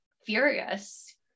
furious